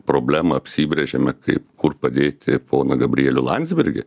problemą apsibrėžėme kaip kur padėti poną gabrielių landsbergį